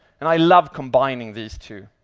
and i love combining these two.